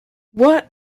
what